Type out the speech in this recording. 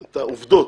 את העובדות,